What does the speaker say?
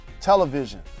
television